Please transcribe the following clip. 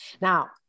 Now